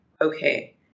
okay